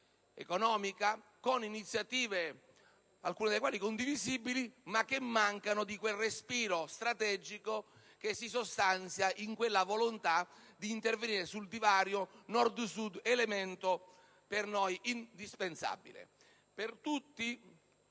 economica con iniziative, alcune delle quali condivisibili, che però mancano di quel respiro strategico che si sostanzia nella volontà di intervenire sul divario Nord‑Sud, elemento per noi indispensabile.